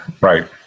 Right